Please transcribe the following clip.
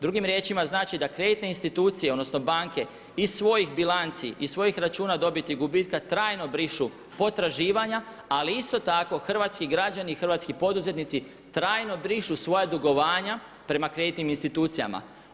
Drugim riječima znači da kreditne institucije, odnosno banke iz svojih bilanci, iz svojih računa dobiti i gubitka trajno brišu potraživanja ali isto tako hrvatski građani, hrvatski poduzetnici trajno brišu svoja dugovanja prema kreditnim institucijama.